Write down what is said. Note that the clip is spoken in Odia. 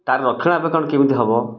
ତାର ରକ୍ଷଣା ବେକ୍ଷଣ କେମିତି ହବ